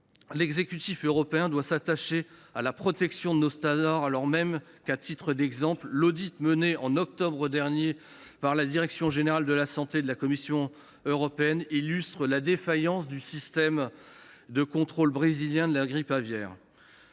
L’exécutif européen doit s’attacher à la protection de nos standards, alors même que, à titre d’exemple, l’audit mené au mois d’octobre dernier par la direction générale de la santé de la Commission européenne illustre la défaillance du système de contrôle brésilien de la grippe aviaire.